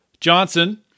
Johnson